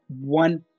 one